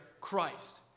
Christ